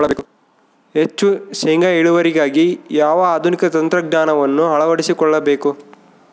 ಹೆಚ್ಚು ಶೇಂಗಾ ಇಳುವರಿಗಾಗಿ ಯಾವ ಆಧುನಿಕ ತಂತ್ರಜ್ಞಾನವನ್ನು ಅಳವಡಿಸಿಕೊಳ್ಳಬೇಕು?